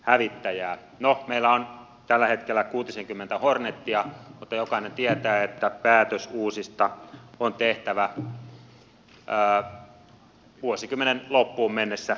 no meillä on tällä hetkellä kuutisenkymmentä hornetia mutta jokainen tietää että päätös uusista on tehtävä vuosikymmenen loppuun mennessä nähdäkseni